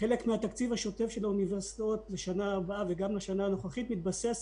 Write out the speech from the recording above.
חלק מהתקציב השוטף של האוניברסיטאות לשנה הבאה ולשנה הנוכחית מתבסס